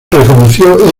reconoció